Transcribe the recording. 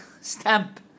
stamp